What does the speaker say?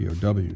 POW